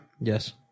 Yes